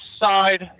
side